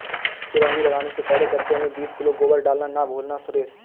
चिरौंजी लगाने से पहले गड्ढे में बीस किलो गोबर डालना ना भूलना सुरेश